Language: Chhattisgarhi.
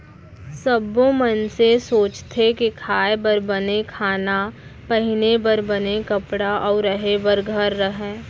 सब्बो मनसे सोचथें के खाए बर बने खाना, पहिरे बर बने कपड़ा अउ रहें बर घर रहय